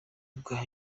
bwa